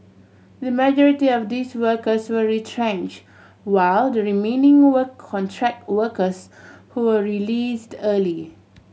the majority of these workers were retrench while the remaining were contract workers who were released early